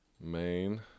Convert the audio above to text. main